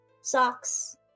socks